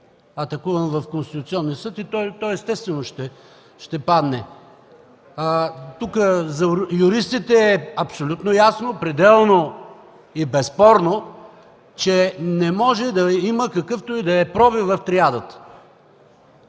атакуван в Конституционния съд, и той, естествено, ще падне. За юристите е абсолютно ясно, пределно и безспорно, че не може да има какъвто и да е пробив в триадата.